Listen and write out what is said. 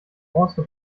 also